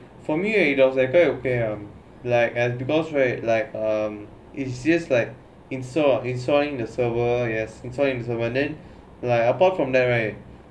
for me like it's quite okay lah like because right like um it's just like install installing the server yes install the server but then like apart from that right